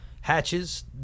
hatches